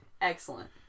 Excellent